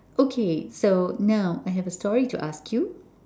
okay so now I have a story to ask you